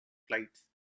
flights